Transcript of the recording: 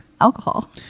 alcohol